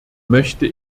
möchte